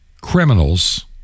criminals